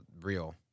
real